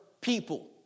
people